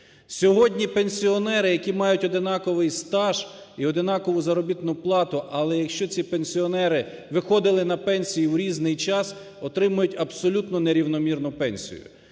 Сьогодні пенсіонери, які мають однаковий стаж і однакову заробітну плату, але, якщо ці пенсіонери виходили на пенсії в різний час, отримують абсолютно нерівномірну пенсію.